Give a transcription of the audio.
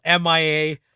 MIA